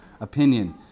opinion